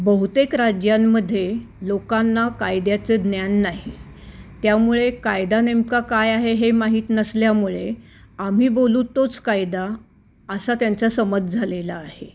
बहुतेक राज्यांमध्ये लोकांना कायद्याचं ज्ञान नाही त्यामुळे कायदा नेमका काय आहे हे माहीत नसल्यामुळे आम्ही बोलू तोच कायदा असा त्यांचा समज झालेला आहे